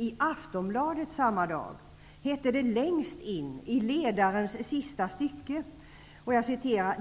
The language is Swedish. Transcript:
I Aftonbladet samma dag hette det längst ner i ledarens sista stycke: